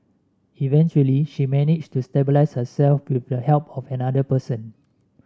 eventually she managed to stabilise herself with the help of another person